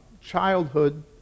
childhood